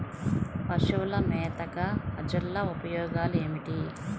పశువుల మేతగా అజొల్ల ఉపయోగాలు ఏమిటి?